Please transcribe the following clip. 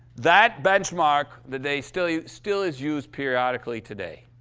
that benchmark that they still use still is used periodically today